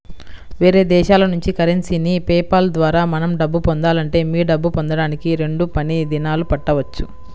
వేరే దేశాల నుంచి కరెన్సీని పే పాల్ ద్వారా మనం పొందాలంటే మీ డబ్బు పొందడానికి రెండు పని దినాలు పట్టవచ్చు